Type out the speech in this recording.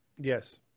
yes